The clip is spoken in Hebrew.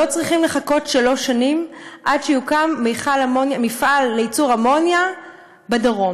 לא צריכים לחכות שלוש שנים שיוקם מפעל לייצור אמוניה בדרום.